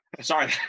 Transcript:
Sorry